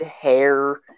hair